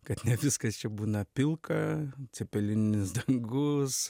kad ne viskas čia būna pilka cepelininis dangus